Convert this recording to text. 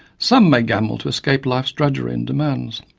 some may gamble to escape life's drudgery and demands,